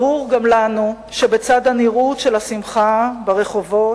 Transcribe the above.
ברור גם לנו שבצד הנראות של השמחה ברחובות,